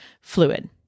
fluid